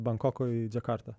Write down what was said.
bankoko į džakartą